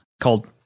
called